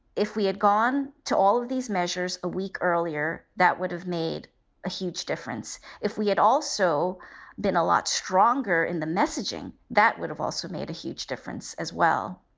if we had gone to all of these measures a week earlier, that would have made a huge difference. if we had also been a lot stronger in the messaging, that would have also made a huge difference as well